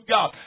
God